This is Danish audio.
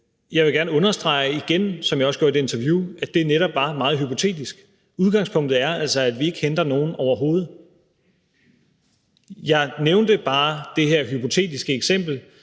Jeg vil gerne understrege igen, som jeg også sagde i et interview, at det netop var meget hypotetisk. Udgangspunktet er altså, at vi ikke henter nogen overhovedet. Jeg nævnte bare det her hypotetiske eksempel,